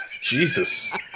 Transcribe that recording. Jesus